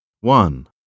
One